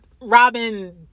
Robin